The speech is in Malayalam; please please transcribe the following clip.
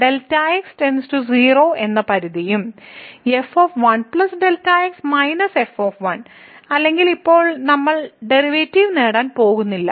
Δ x → 0 എന്ന പരിധിയും f 1 Δ x - f അല്ലെങ്കിൽ ഇപ്പോൾ നമ്മൾ ഡെറിവേറ്റീവ് നേടാൻ പോകുന്നില്ല